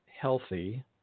healthy